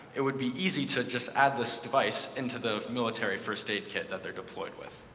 it would be easy to just add this device into the military first-aid kit that they're deployed with.